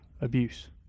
abuse